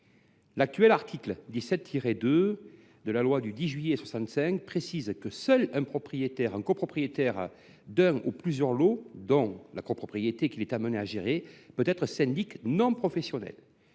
L’actuel article 17 2 de la loi du 10 juillet 1965 précise que « seul un copropriétaire d’un ou plusieurs lots dans la copropriété qu’il est amené à gérer peut être syndic non professionnel